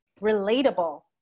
relatable